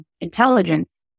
intelligence